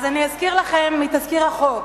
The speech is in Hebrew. אני אזכיר לכם מתזכיר החוק.